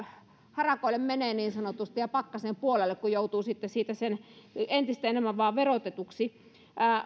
harakoille menee niin sanotusti ja pakkasen puolelle kun joutuu sitten siitä entistä enemmän vain verotetuksi